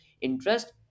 interest